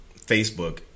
Facebook